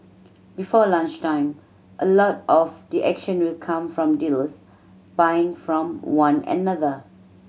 before lunchtime a lot of the action will come from dealers buying from one another